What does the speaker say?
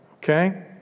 Okay